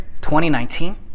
2019